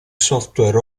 software